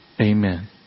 Amen